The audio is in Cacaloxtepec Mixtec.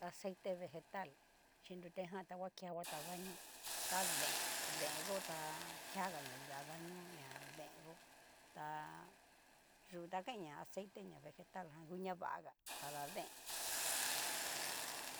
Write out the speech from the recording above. Aceite vegetal chí rutejan ta ngua kevata daño, ta deen deen yó tá kiaga lia daño ñadeen yó ta yu ta kain ña aceite, ña vegetal jan ngu ña vaga tada deen u jun.